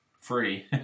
free